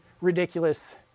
ridiculous